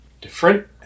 different